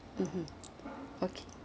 mmhmm okay